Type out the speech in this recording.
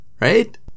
Right